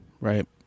right